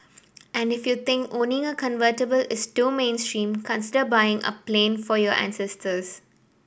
and if you think owning a convertible is too mainstream consider buying a plane for your ancestors